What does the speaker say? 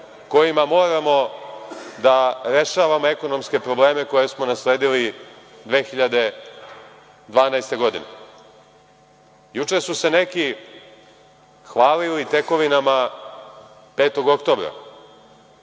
kojima moramo da rešavamo ekonomske probleme koje smo nasledili 2012. godine. Juče su se neki hvalili tekovinama 5. oktobra.